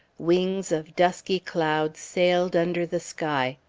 wings of dusky cloud sailed under the sky.